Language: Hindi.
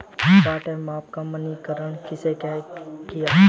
बाट और माप का मानकीकरण किसने किया?